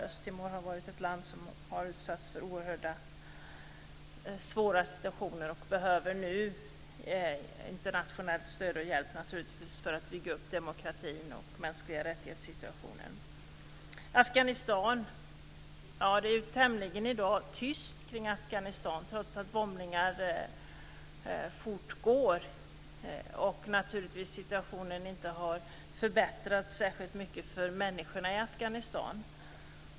Östtimor är ju ett land som har utsatts för oerhört svåra situationer och som nu behöver internationell stöd och hjälp för att bygga upp demokratin och situationen när det gäller de mänskliga rättigheterna. Det är tämligen tyst kring Afghanistan i dag, trots att bombningar fortgår och situationen naturligtvis inte har förbättrats särskilt mycket för människorna i Afghanistan.